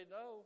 no